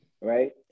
right